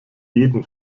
jeden